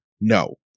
No